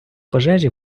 пожежі